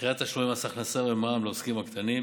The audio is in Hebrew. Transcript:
דחיית תשלומי מס הכנסה ומע"מ לעסקים קטנים,